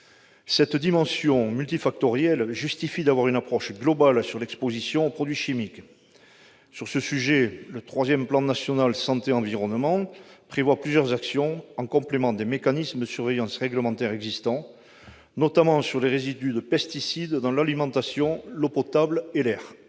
Cette dimension multifactorielle justifie d'avoir une approche globale de l'exposition aux produits chimiques. Sur ce sujet, le troisième Plan national santé environnement prévoit plusieurs actions en complément des mécanismes de surveillance réglementaire existants, notamment sur les résidus de pesticides dans l'alimentation, l'eau potable et l'air.